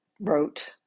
wrote